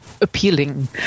appealing